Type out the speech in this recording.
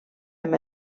amb